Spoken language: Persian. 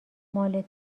مال